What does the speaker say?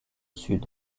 sud